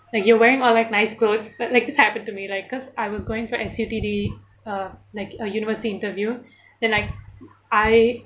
like you're wearing all like nice clothes but like this happened to me like cause I was going for S_U_T_D uh like a university interview then like I